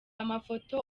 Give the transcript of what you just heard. amafoto